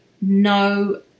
no